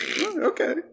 okay